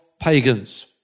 pagans